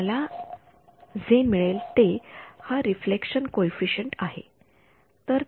तर मला जे मिळेल ते हा रिफ्लेक्शन कॉइफिसिएंट आहे